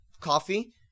coffee